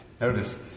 notice